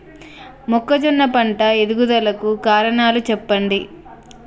మొక్కజొన్న పంట ఎదుగుదల కు కారణాలు చెప్పండి?